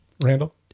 Randall